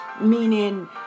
meaning